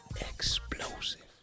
Explosive